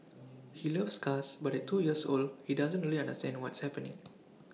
he loves cars but at two years old he doesn't really understand what's happening